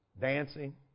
dancing